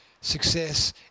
Success